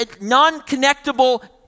non-connectable